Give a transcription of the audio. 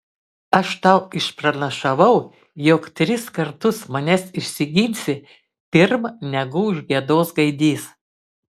aš tau išpranašavau jog tris kartus manęs išsiginsi pirm negu užgiedos gaidys